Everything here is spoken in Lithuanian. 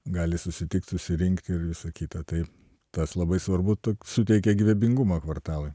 gali susitikt susirinkt ir visa kita tai tas labai svarbu suteikia gyvybingumo kvartalai